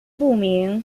不明